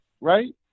Right